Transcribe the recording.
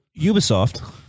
Ubisoft